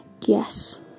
yes